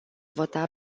vota